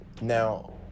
Now